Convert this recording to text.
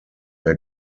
mehr